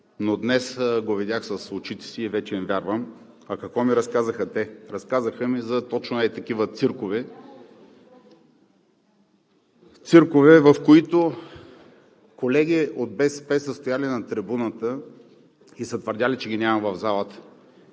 но днес го видях с очите си и вече им вярвам. Какво ми разказаха те? Разказаха ми точно за ето такива циркове – колеги от БСП са стояли на трибуната и са твърдели, че ги няма в залата.